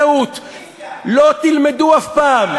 תודה רבה לחבר הכנסת דב חנין.